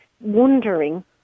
wondering